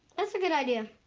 that's a good idea.